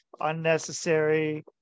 unnecessary